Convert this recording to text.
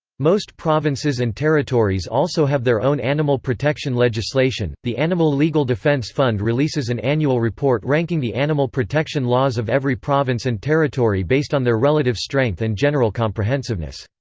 most provinces and territories also have their own animal protection legislation the animal legal defense fund releases an annual report ranking the animal protection laws of every province and territory based on their relative strength and general comprehensiveness.